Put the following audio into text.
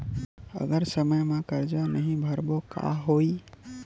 अगर समय मा कर्जा नहीं भरबों का होई?